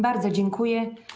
Bardzo dziękuję.